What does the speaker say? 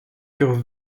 furent